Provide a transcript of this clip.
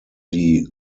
die